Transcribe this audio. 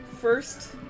first